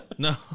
No